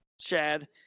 shad